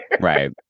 Right